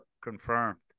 Confirmed